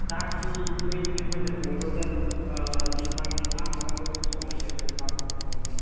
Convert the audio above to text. ꯆꯥꯛꯇꯤ ꯅꯣꯏ ꯅꯨꯄꯤ ꯈꯣꯏꯅ ꯊꯣꯡꯈ꯭ꯔꯣꯗ ꯑꯥ ꯑꯦꯡꯁꯥꯡꯗꯤ ꯑꯥ ꯃꯐꯝꯗ ꯑꯣꯏꯅ ꯊꯣꯡꯂꯁꯦ ꯑꯩꯈꯣꯏ ꯅꯨꯄꯥ ꯈꯣꯏꯅ ꯊꯣꯡꯒꯦ